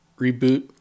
reboot